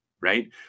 right